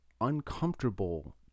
uncomfortable